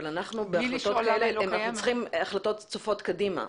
אבל אנחנו צריכים החלטות צופות עתיד.